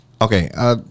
okay